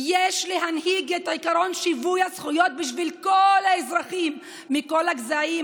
"יש להנהיג את עקרון שיווי הזכויות בשביל כל האזרחים מכל הגזעים,